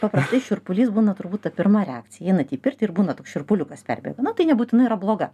paprastai šiurpulys būna turbūt ta pirma reakcija einat į pirtį ir būna toks šiurpuliukas perbėga na tai nebūtinai yra bloga